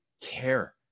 care